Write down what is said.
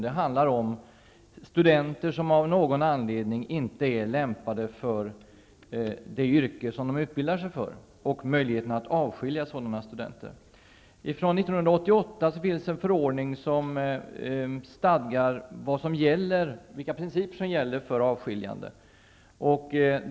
Det rör sig om studenter som av någon anledning inte är lämpade för det yrke som de utbildar sig till och möjligheten att avskilja sådana studenter. Från 1988 finns en förordning som stadgar vilka principer som gäller för avskiljande.